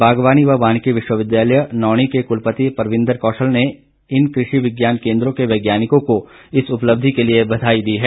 बागवानी व वानिकी विश्वविद्यालय नौणी के कुलपति परविन्दर कौशल ने इन कृषि विज्ञान केन्द्रों के वैज्ञानिकों को इस उपलब्धि के लिए बधाई दी है